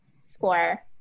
score